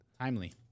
Timely